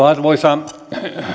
arvoisa